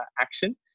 action